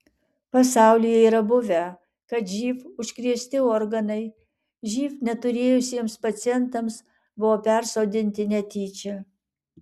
pasaulyje yra buvę kad živ užkrėsti organai živ neturėjusiems pacientams buvo persodinti netyčia